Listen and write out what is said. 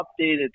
updated